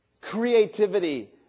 creativity